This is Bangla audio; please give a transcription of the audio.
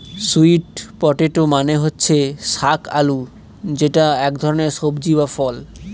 স্যুইট পটেটো মানে হচ্ছে শাক আলু যেটা এক ধরনের সবজি বা ফল